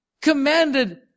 commanded